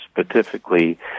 specifically